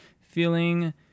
feeling